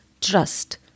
trust